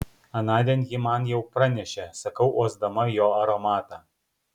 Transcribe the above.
anądien ji man jau pranešė sakau uosdama jo aromatą